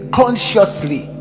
consciously